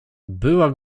była